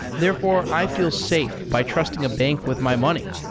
therefore, i feel safe by trusting a bank with my money,